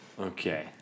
Okay